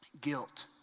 guilt